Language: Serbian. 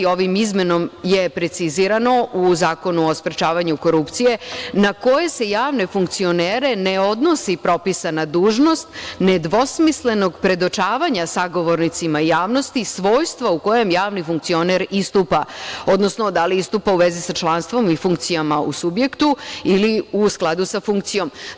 U Zakonu o sprečavanju korupcije, izmenom je precizirano na koje se javne funkcionere ne odnosi propisana dužnost nedvosmislenog predočavanja sagovornicima i javnosti, svojstva u kojem javni funkcioner istupa, odnosno da li istupa u vezi sa članstvom i funkcijama u subjektu ili u skladu sa funkcijom.